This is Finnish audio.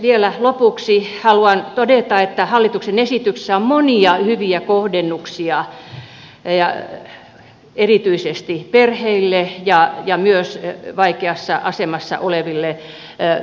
vielä lopuksi haluan todeta että hallituksen esityksessä on monia hyviä kohdennuksia erityisesti perheille ja myös vaikeassa asemassa oleville työttömille